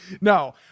No